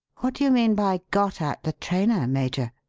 what do you mean by got at the trainer, major?